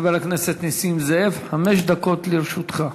חבר הכנסת נסים זאב, חמש דקות לרשותך.